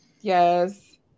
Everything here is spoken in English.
Yes